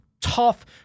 tough